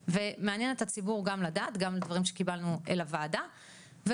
ומעניין את הציבור גם לדעת" אז אלו גם דברים שקיבלנו אל הוועדה ובכלל.